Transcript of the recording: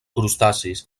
crustacis